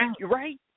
right